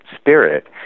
spirit